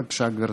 בבקשה, גברתי.